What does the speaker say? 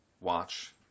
watch